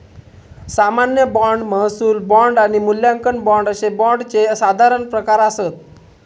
सामान्य बाँड, महसूल बाँड आणि मूल्यांकन बाँड अशे बाँडचे साधारण प्रकार आसत